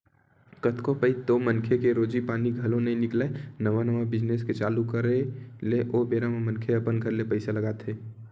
कतको पइत तो मनखे के रोजी पानी घलो नइ निकलय नवा नवा बिजनेस के चालू करे ले ओ बेरा म मनखे अपन घर ले पइसा लगाथे